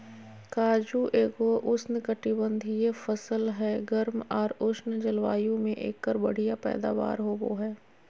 काजू एगो उष्णकटिबंधीय फसल हय, गर्म आर उष्ण जलवायु मे एकर बढ़िया पैदावार होबो हय